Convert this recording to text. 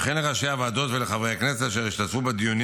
וכן לראשי הוועדות ולחברי הכנסת אשר השתתפו בדיונים